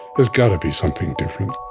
there's got to be something different